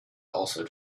also